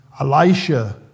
Elisha